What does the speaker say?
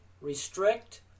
restrict